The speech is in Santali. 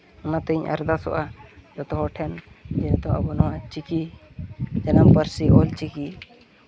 ᱚᱱᱟᱛᱤᱧ ᱟᱨᱫᱟᱥᱚᱜᱼᱟ ᱡᱚᱛᱚ ᱦᱚᱲ ᱴᱷᱮᱱ ᱡᱮᱦᱮᱛᱩ ᱟᱵᱚ ᱱᱚᱣᱟ ᱪᱤᱠᱤ ᱡᱟᱱᱟᱢ ᱯᱟᱹᱨᱥᱤ ᱚᱞ ᱪᱤᱠᱤ